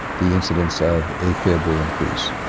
the incidence of a fib will increase.